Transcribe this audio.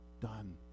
done